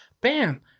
bam